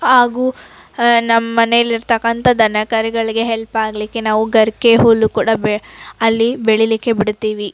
ಹಾಗೂ ನಮ್ಮ ಮನೇಲಿ ಇರ್ತಕ್ಕಂಥ ದನಕರುಗಳಿಗೆ ಹೆಲ್ಪ್ ಆಗಲಿಕ್ಕೆ ನಾವು ಗರಿಕೆ ಹುಲ್ಲು ಕೂಡ ಬೆ ಅಲ್ಲಿ ಬೆಳೀಲಿಕ್ಕೆ ಬಿಡ್ತೀವಿ